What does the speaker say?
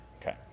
Okay